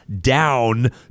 down